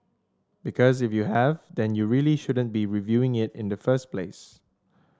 because if you have then you really shouldn't be reviewing it in the first place